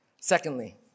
Secondly